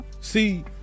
see